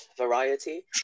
variety